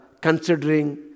considering